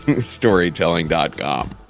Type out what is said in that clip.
Storytelling.com